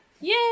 Yay